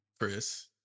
Chris